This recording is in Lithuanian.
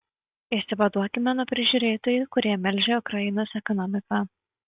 išsivaduokime nuo prižiūrėtojų kurie melžia ukrainos ekonomiką